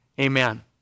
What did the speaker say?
Amen